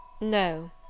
No!—